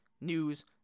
news